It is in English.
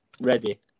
ready